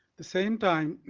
the same time,